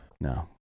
No